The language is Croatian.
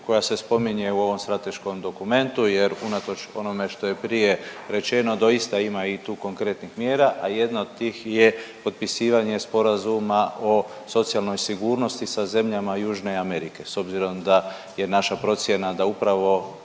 koja se spominje u ovom strateškom dokumentu jer unatoč onome što je prije rečeno doista ima i tu konkretnih mjera, a jedna od tih je potpisivanje sporazuma o socijalnoj sigurnosti sa zemljama Južne Amerike s obzirom da je naša procjena da upravo